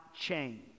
change